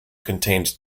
contained